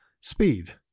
speed